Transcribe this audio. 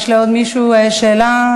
יש לעוד מישהו שאלה?